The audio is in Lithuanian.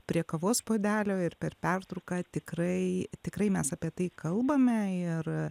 prie kavos puodelio ir per pertrauką tikrai tikrai mes apie tai kalbame ir